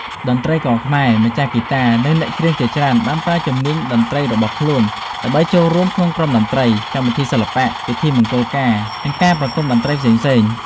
តន្ត្រីករខ្មែរ ម្ចាស់ហ្គីតា និងអ្នកច្រៀងជាច្រើនបានប្រើជំនាញតន្ត្រីរបស់ខ្លួន ដើម្បីចូលរួមក្នុងក្រុមតន្ត្រី កម្មវិធីសិល្បៈ ពិធីមង្គលការ និងការប្រគំតន្ត្រីផ្សេងៗ។